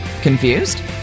Confused